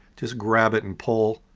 just grab it and pull,